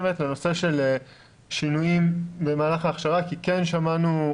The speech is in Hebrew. הנושא של שינויים במהלך ההכשרה כי כן שמענו,